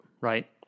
right